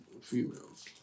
females